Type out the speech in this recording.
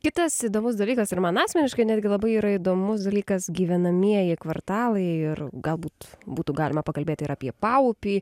kitas įdomus dalykas ir man asmeniškai netgi labai yra įdomus dalykas gyvenamieji kvartalai ir galbūt būtų galima pakalbėti ir apie paupį